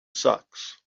sucks